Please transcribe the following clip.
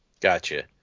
Gotcha